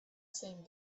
same